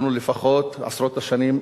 אנחנו לפחות עשרות שנים,